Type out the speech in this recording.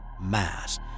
mass